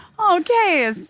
Okay